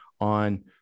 on